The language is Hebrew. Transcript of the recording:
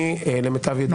למיטב ידיעתי,